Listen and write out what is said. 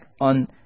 on